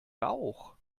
rauch